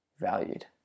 valued